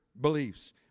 beliefs